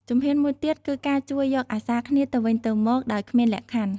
ជំហានមួយទៀតគឺការជួយយកអាសាគ្នាទៅវិញទៅមកដោយគ្មានលក្ខខណ្ឌ។